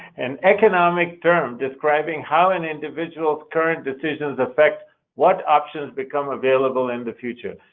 an economic term describing how an individual's current decisions affect what options become available in the future.